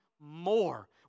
more